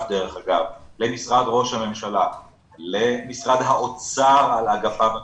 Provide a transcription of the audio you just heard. בין משרד רוה"מ למשרד האוצר על אגפיו השונים,